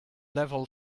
level